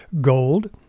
Gold